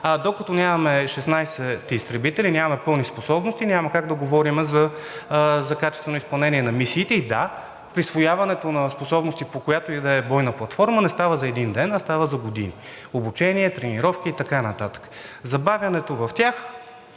докато нямаме 16 изтребителя, нямаме пълни способности, няма как да говорим за качествено изпълнение на мисиите. И да, присвояването на способности по която и да е бойна платформа не става за един ден, а става за години – обучение, тренировки и така нататък. Забавянето в тях